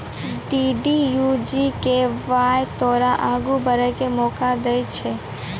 DDU GKY तोरा आगू बढ़ै के मौका दै छै